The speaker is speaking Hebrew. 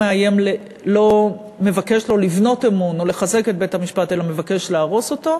לא מבקש לבנות אמון או לחזק את בית-המשפט אלא מבקש להרוס אותו.